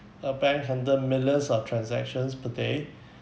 a bank handle millions of transactions per day